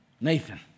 Nathan